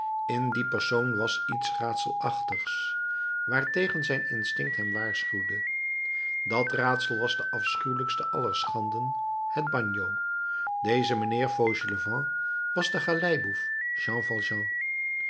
in dien persoon was iets raadselachtigs waartegen zijn instinct hem waarschuwde dat raadsel was de afschuwelijkste aller schanden het bagno deze mijnheer fauchelevent was de galeiboef jean